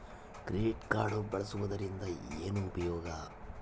Credit card ಬಳಸುವದರಿಂದ ಏನು ಉಪಯೋಗ?